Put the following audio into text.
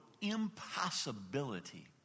impossibility